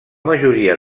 majoria